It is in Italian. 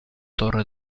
torre